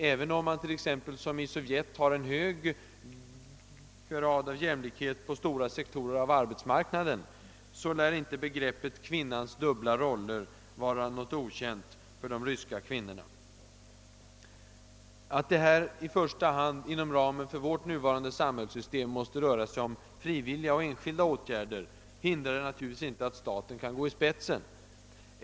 även om man t.ex. som i Sovjet har en hög grad av jämlikhet på stora sektorer av arbetsmarknaden, lär inte begreppet »kvinnans dubbla roller» vara någonting okänt för de ryska kvinnorna. Att det härvidlag i första hand — inom ramen för vårt nuvarande samhällssystem — måste röra sig om frivilliga och enskilda åtgärder hindrar naturligtvis inte att staten kan gå i spetsen.